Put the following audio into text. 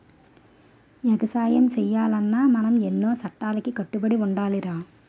ఎగసాయం సెయ్యాలన్నా మనం ఎన్నో సట్టాలకి కట్టుబడి ఉండాలిరా